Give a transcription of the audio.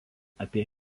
apie